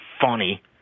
funny